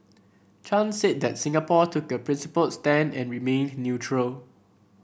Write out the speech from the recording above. Chan said that Singapore took a principled stand and remained neutral